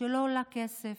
שלא עולה כסף